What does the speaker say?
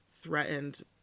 threatened